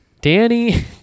Danny